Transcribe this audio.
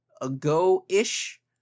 ago-ish